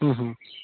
হু হু